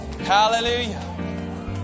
Hallelujah